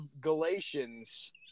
Galatians